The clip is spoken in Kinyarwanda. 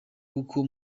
kuko